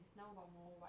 it's now got more